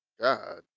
God